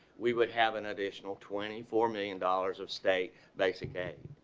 we would have an additional twenty four million dollars of state basic game.